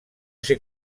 ser